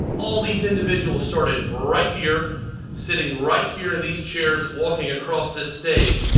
all these individuals started right here sitting right here in these chairs walking across this stage,